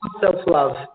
self-love